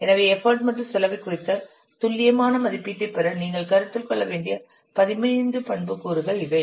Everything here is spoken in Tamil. எனவே எஃபர்ட் மற்றும் செலவு குறித்த துல்லியமான மதிப்பீட்டைப் பெற நீங்கள் கருத்தில் கொள்ள வேண்டிய 15 பண்புக்கூறுகள் இவை